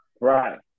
right